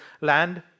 land